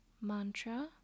mantra